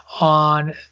on